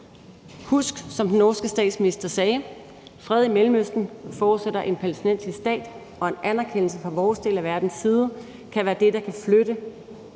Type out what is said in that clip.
Husk, som den norske statsminister sagde, at fred i Mellemøsten forudsætter en palæstinensisk stat, og en anerkendelse fra vores del af verdens side kan være det, der kan flytte